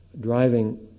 driving